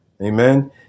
Amen